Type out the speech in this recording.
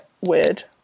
weird